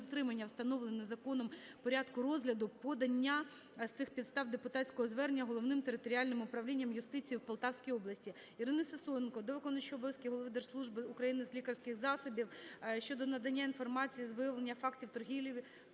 встановленого законом порядку розгляду подання з цих підстав депутатського звернення Головним територіальним управлінням юстиції в Полтавській області. Ірини Сисоєнко до виконуючого обов'язки голови Держслужби України з лікарських засобів щодо надання інформації з виявлення фактів торгівлі